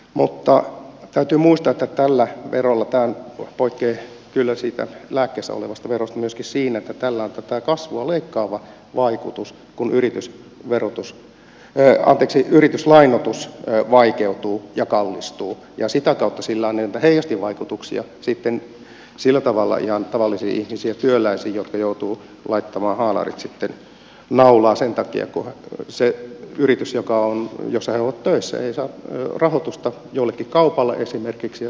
mutta täytyy muistaa että tämä vero poikkeaa kyllä siitä lääkkeessä olevasta verosta myöskin siinä että tällä on kasvua leikkaava vaikutus kun yrityslainoitus vaikeutuu ja kallistuu ja sitä kautta sillä on näitä heijastusvaikutuksia sitten ihan tavallisiin ihmisiin ja työläisiin jotka joutuvat laittamaan haalarit naulaan sen takia että se yritys jossa he ovat töissä ei saa rahoitusta jollekin kaupalle esimerkiksi ja se aiheuttaa työttömyyttä